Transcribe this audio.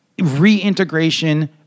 reintegration